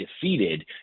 defeated